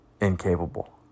incapable